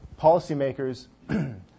policymakers